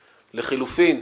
לחלופין,